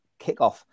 kickoff